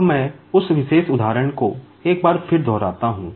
अब मैं उस विशेष उदाहरण को एक बार फिर दोहराता हूं